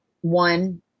one